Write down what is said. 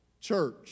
church